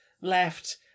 left